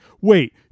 wait